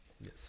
yes